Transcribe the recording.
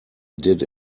did